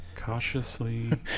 Cautiously